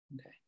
okay